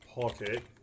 pocket